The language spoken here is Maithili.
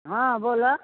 हँ बोलऽ